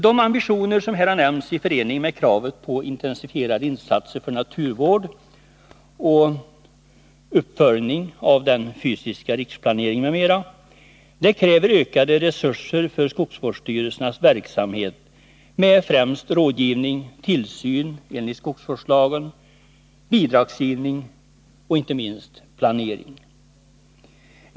De ambitioner som här har nämnts i förening med kravet på intensifierade insatser för naturvård och uppföljning av den fysiska riksplaneringen m.m. kräver ökade resurser för skogsvårdsstyrelsernas verksamhet med främst rådgivning, tillsyn enligt skogsvårdslagen, bidragsgivning och inte minst planering.